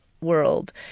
world